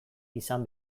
izan